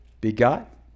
begot